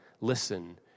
Listen